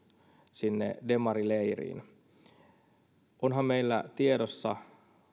sinne demarileiriin pinttynyt ajatus onhan meillä tiedossa